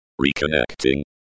Reconnecting